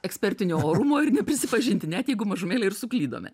ekspertinio orumo ir neprisipažinti net jeigu mažumėlę ir suklydome